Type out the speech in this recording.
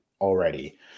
already